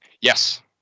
Yes